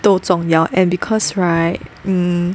都重要 and because right mm